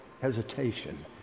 hesitation